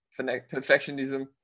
perfectionism